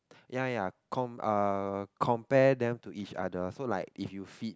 ya ya com~ uh compare them to each other so like if you feed